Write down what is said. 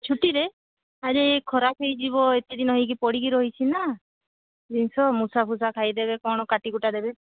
ଛୁଟିରେ ଆରେ ଖରାପ ହୋଇଯିବ ଏତେ ଦିନ ହୋଇକି ପଡ଼ିକି ରହିଛି ନା ଜିନଷ ମୂଷା ଫୁଷା ଖାଇ ଦେବେ କ'ଣ କାଟିକୁଟା ଦେବେ